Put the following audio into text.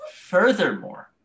Furthermore